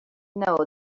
know